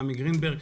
רמי גרינברג,